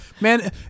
Man